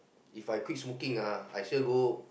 If I quit smoking ah I sure go